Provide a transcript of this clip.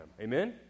Amen